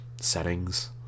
settings